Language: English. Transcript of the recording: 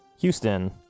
Houston